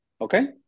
Okay